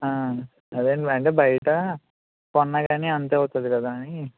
అదే అండి అంటే బయటా కొన్నా కానీ అంతే అవుతుంది కదా అని